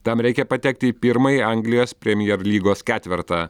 tam reikia patekti į pirmąjį anglijos premier lygos ketvertą